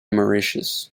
mauritius